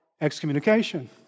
excommunication